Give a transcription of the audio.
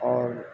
اور